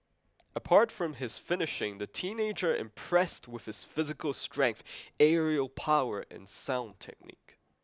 apart from his finishing the teenager impressed with his physical strength aerial power and sound technique